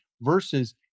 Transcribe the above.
versus